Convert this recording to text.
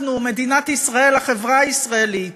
אנחנו מדינת ישראל, החברה הישראלית,